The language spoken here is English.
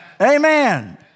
Amen